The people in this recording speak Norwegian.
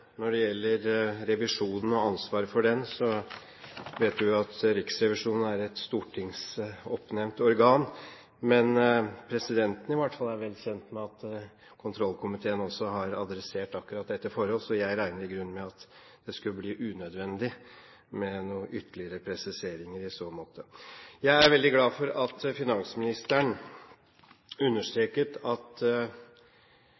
Når det gjelder revisjonen og ansvaret for den, vet vi jo at Riksrevisjonen er et stortingsoppnevnt organ. Presidenten er i hvert fall vel kjent med at kontrollkomiteen har adressert akkurat dette forhold. Så jeg regner i grunnen med at det skulle bli unødvendig med noen ytterligere presiseringer i så måte. Jeg er veldig glad for at finansministeren